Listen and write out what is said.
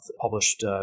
published